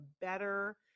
better